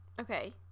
Okay